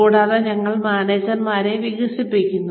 കൂടാതെ ഞങ്ങൾ മാനേജർമാരെ വികസിപ്പിക്കുന്നു